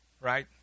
right